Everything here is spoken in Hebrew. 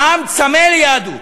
העם צמא ליהדות.